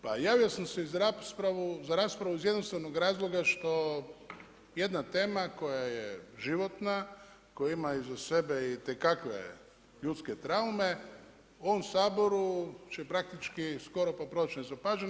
Pa javio sam se za raspravu iz jednostavnog razloga što jedna tema koja je životna, koja ima iza sebe itekakve ljudske traume, u ovom Saboru će praktički skoro pa proći nezapaženo.